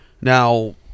Now